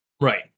Right